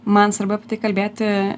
man svarbu kalbėti